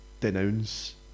denounce